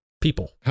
People